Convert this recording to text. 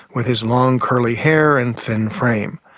with his long curly hair and thin frame.